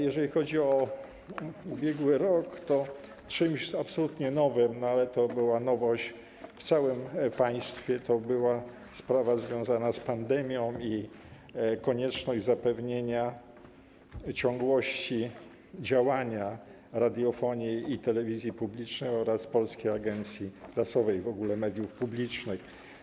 Jeżeli chodzi o ubiegły rok, to czymś absolutnie nowym - to była nowość w całym państwie - była pandemia i konieczność zapewnienia ciągłości działania radiofonii i telewizji publicznej oraz Polskiej Agencji Prasowej, w ogóle mediów publicznych.